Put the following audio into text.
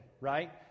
Right